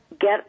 Get